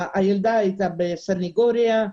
הבת הייתה בסנגוריה.